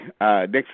next